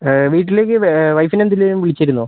വീട്ടിലേക്ക് വൈഫിനെ എന്തിനേലും വിളിച്ചിരുന്നോ